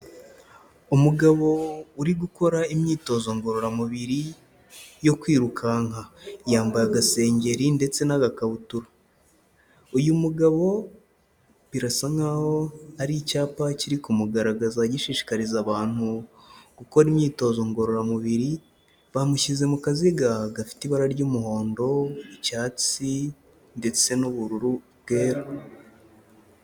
Umugabo uri gukora imyitozo ngororamubiri yo kwirukanka, yambaye agasengeri ndetse n'agakabutura, uyu mugabo birasa nk'aho ari icyapa kiri kumugaragaza gishishikariza abantu gukora imyitozo ngororamubiri, bamushyize mu kaziga gafite ibara ry'umuhondo, icyatsi ndetse n'ubururu bwera.